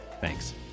Thanks